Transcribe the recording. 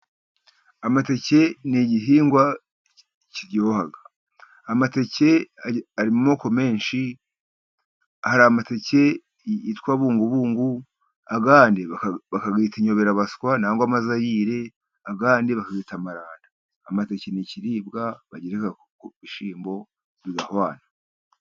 Amateke ni igihingwa kiryoha. Amateke ari mu moko menshi. Hari amateke yitwa bungubungu, ayandi bakayita inyoberabaswa, cyangwa amazayire, ayandi ba bakabita amaranda. Amateke ni ikiribwa bagereka ku bishyimbo bigahwana.